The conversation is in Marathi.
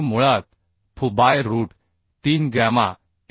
मुळात fu by root 3 gamma M